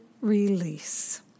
release